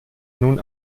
nun